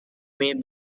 made